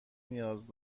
نیاز